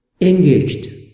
engaged